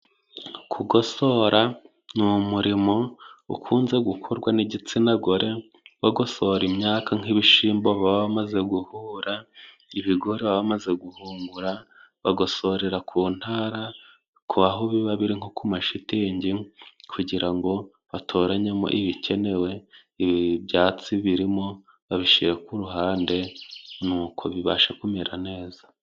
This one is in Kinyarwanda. Kugosora ni umurimo ukunze gukorwa n'igitsina gore. Bagosora imyaka nk'ibishimbo baba bamaze guhura, ibigori bamaze guhungura. Bagosorera ku ntara ku aho biba biri nko ku mashitingi, kugira ngo batoranyemo ibikenewe, ibyatsi birimo babishyire ku ruhande nuko bibasha kumera neza.